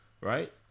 right